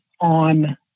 on